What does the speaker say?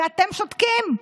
ואתם שותקים.